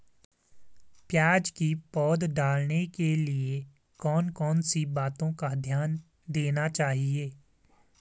प्याज़ की पौध डालने के लिए कौन कौन सी बातों का ध्यान देना चाहिए?